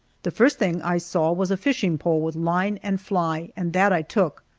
the first thing i saw was a fishing pole with line and fly, and that i took,